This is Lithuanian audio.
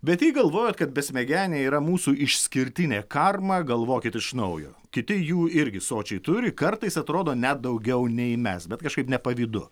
bet jei galvojat kad besmegeniai yra mūsų išskirtinė karma galvokit iš naujo kiti jų irgi sočiai turi kartais atrodo net daugiau nei mes bet kažkaip nepavydu